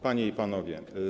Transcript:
Panie i Panowie!